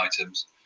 items